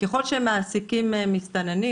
ככל שמעסיקים מסתננים,